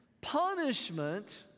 punishment